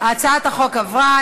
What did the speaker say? הצעת החוק עברה,